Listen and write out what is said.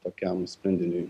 tokiam sprendiniui